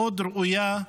מאוד ראויה,